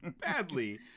badly